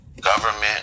government